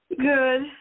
Good